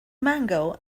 mango